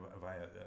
via